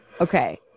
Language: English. Okay